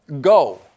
go